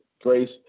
Grace